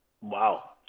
Wow